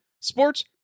Sports